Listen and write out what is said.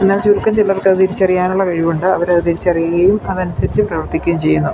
എന്നാൽ ചുരുക്കം ചിലർക്ക് അത് തിരിച്ചറിയാനുള്ള കഴിവ് ഉണ്ട് അവർ അത് തിരിച്ചറിയുകയും അത് അനുസരിച്ചു പ്രവർത്തിക്കുകയും ചെയ്യുന്നു